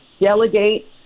delegate